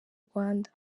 rwanda